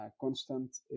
constant